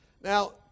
Now